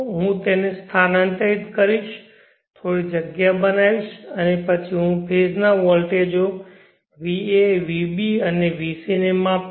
હું તેને સ્થાનાંતરિત કરીશ થોડી જગ્યા બનાવીશ અને પછી હું ફેઝ ના વોલ્ટેજ va vb અને vc ને માપીશ